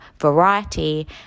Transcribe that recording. variety